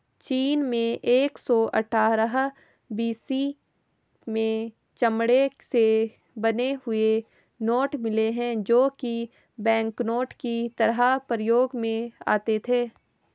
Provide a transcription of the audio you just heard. चीन में एक सौ अठ्ठारह बी.सी में चमड़े के बने हुए नोट मिले है जो की बैंकनोट की तरह प्रयोग में आते थे